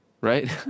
right